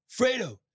Fredo